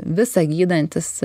visa gydantis